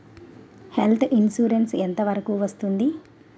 Health insurance ఎంత వరకు వస్తుంది?